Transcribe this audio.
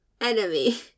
enemy